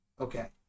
Okay